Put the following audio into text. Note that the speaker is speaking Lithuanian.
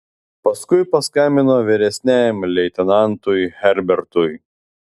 paskui paskambino vyresniajam leitenantui herbertui